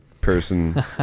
person